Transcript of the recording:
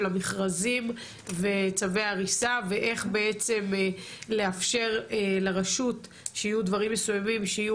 המכרזים וצווי ההריסה ואיך לאפשר לרשות שיהיו דברים מסויימים שיהיו